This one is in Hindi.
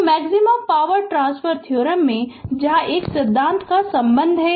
तो मैक्सिमम पॉवर ट्रान्सफर थ्योरम में जहाँ तक सिद्धांत का संबंध है